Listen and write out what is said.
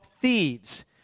thieves